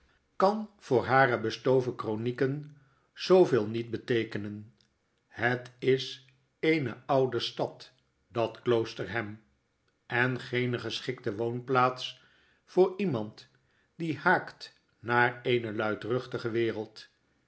kan voor hare bestoven kronieken zooveel niet beteekenen het is eene oude stad dat kloosterham en geene geschikte woonplaats voor iemand die haakt naar eene luidruchtige wereld